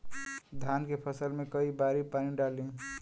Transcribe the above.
धान के फसल मे कई बारी पानी डाली?